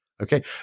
okay